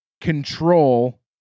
control